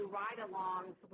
ride-alongs